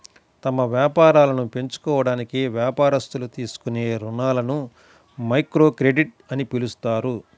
తమ వ్యాపారాలను పెంచుకోవడానికి వ్యాపారస్తులు తీసుకునే రుణాలని మైక్రోక్రెడిట్ అని పిలుస్తారు